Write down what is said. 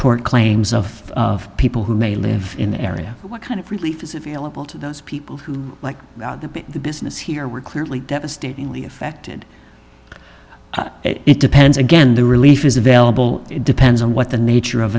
tort claims of people who may live in the area what kind of relief is available to those people who like the business here were clearly devastatingly affected it depends again the relief is available it depends on what the nature of